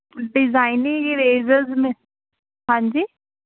designing razors ਨੇ ਹਾਂਜੀ